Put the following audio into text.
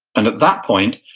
and at that point,